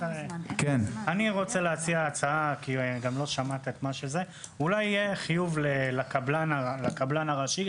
אני רוצה להציע הצעה: אולי יהיה חיוב אישי לקבלן הראשי